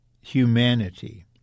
humanity